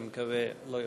אני מקווה שלא יותר.